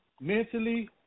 mentally